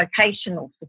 vocational